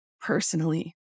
personally